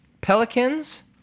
Pelicans